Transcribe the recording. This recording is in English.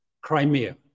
Crimea